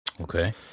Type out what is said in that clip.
Okay